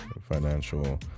financial